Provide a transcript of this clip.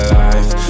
life